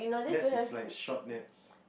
naps is like short naps